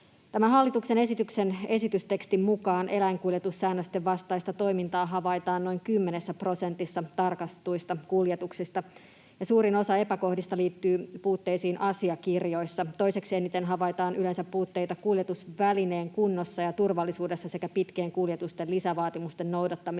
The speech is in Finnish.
hallituksen esityksen esitystekstin mukaan eläinkuljetussäännösten vastaista toimintaa havaitaan noin 10 prosentissa tarkastetuista kuljetuksista ja suurin osa epäkohdista liittyy puutteisiin asiakirjoissa. Toiseksi eniten havaitaan yleensä puutteita kuljetusvälineen kunnossa ja turvallisuudessa sekä pitkien kuljetusten lisävaatimusten noudattamisessa.